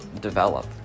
develop